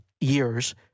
years